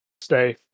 stay